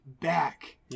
back